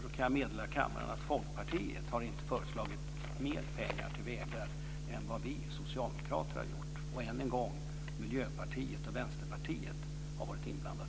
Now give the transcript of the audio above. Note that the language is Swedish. Jag kan meddela kammaren att Folkpartiet inte har föreslagit mer pengar till vägar än vad vi socialdemokrater har gjort. Än en gång: Miljöpartiet och Vänsterpartiet har varit inblandat.